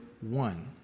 one